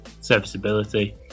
serviceability